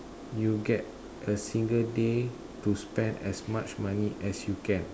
you get a single day to spend as much money as you can